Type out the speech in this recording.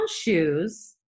shoes